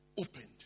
opened